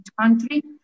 country